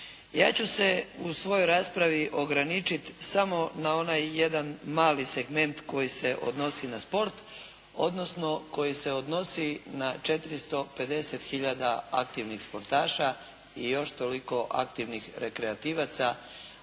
ja ću se u svojoj raspravu ograničiti samo na onaj jedan mali segment koji se odnosi na sport, odnosno koji se odnosi na 450 hiljada aktivnih sportaša i još toliko aktivnih rekreativaca,